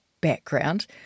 background